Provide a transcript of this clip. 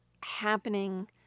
happening